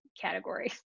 category